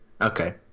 okay